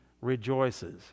rejoices